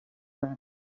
friend